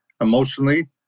emotionally